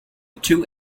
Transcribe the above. two